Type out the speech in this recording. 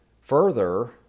Further